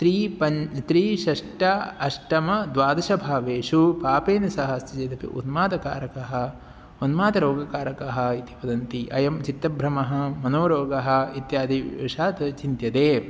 three पञ्च त्री षष्ट अष्टम द्वादशभावेषु पापेन सह अस्ति चेदपि उन्मादकारकः उन्मादरोगकारकः इति वदन्ति अयं चित्तभ्रमः मनोरोगः इत्यादिवशात् चिन्त्यते